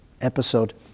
episode